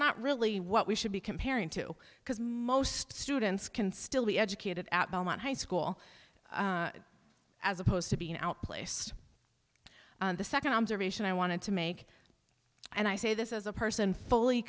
not really what we should be comparing to because most students can still be educated at belmont high school as opposed to being out placed the second observation i wanted to make and i say this as a person fully